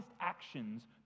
actions